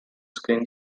screen